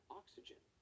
oxygen